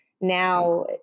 now